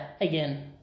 again